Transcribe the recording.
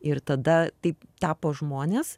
ir tada taip tapo žmonės